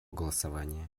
голосования